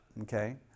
Okay